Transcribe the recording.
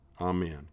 Amen